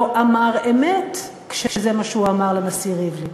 אמר אמת כשזה מה שהוא אמר לנשיא ריבלין.